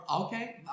Okay